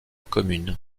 commune